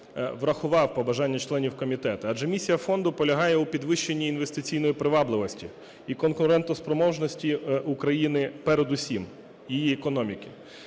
врахував побажання членів комітету, адже місія Фонду полягає у підвищенні інвестиційної привабливості і конкурентоспроможності України, передусім, її економіки.